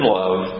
love